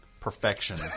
perfection